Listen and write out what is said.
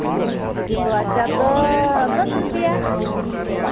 ᱛᱚᱣᱟ ᱪᱟ ᱫᱚ ᱫᱚᱥ ᱨᱩᱯᱤᱭᱟ